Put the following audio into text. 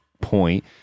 point